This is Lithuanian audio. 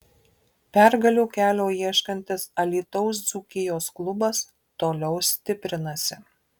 pergalių kelio ieškantis alytaus dzūkijos klubas toliau stiprinasi